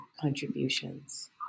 contributions